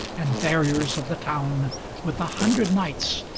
and barriers of the town with a hundred knights,